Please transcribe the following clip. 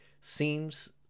seems